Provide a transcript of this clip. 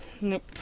Nope